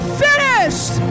finished